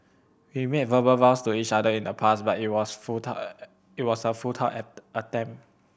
we made verbal vows to each other in the past but it was a futile it was a futile app attempt